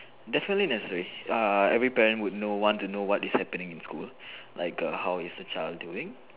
definitely there's a err every parent would know want to know what is happening in school like err what is the child doing